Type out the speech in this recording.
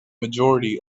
majority